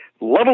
level